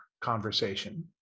conversation